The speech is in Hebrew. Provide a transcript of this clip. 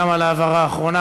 גם על ההבהרה האחרונה.